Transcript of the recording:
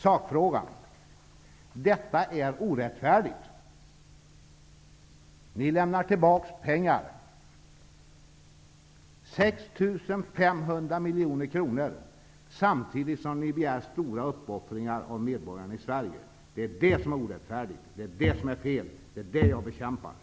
Beträffande sakfrågan: Ni lämnar tillbaka 6 500 miljoner kronor samtidigt som ni begär stora uppoffringar av medborgarna i Sverige. Det är detta som är orättfärdigt och fel och som jag bekämpar.